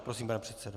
Prosím, pane předsedo.